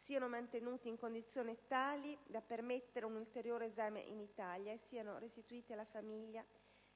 siano mantenuti in condizioni tali da permettere un ulteriore esame in Italia e siano restituiti alla famiglia